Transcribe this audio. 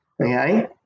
okay